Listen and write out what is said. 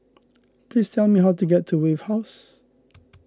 please tell me how to get to Wave House